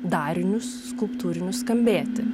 darinius skulptūrinius skambėti